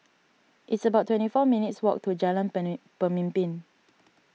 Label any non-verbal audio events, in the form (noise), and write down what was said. it's about twenty four minutes' walk to Jalan (unintelligible) Pemimpin